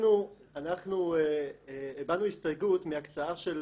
אנחנו הבענו הסתייגות מהקצאה של